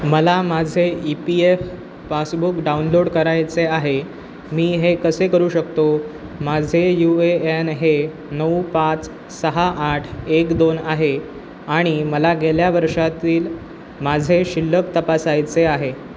मला माझे E P F passbook download करायचे आहे मी हे कसे करू शकतो माझे यू ए एन हे नऊ पाच सहा आठ एक दोन आहे आणि मला गेल्या वर्षातील माझे शिल्लक तपासायचे आहे